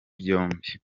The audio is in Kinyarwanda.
byombi